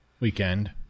weekend